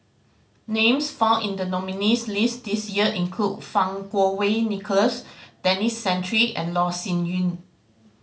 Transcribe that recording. names found in the nominees' list this year include Fang Kuo Wei Nicholas Denis Santry and Loh Sin Yun